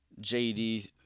JD